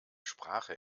sprache